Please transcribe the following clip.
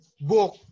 book